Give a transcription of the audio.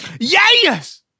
Yes